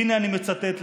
הינה אני מצטט לכם.